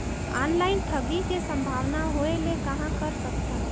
Online ठगी के संभावना होय ले कहां कर सकथन?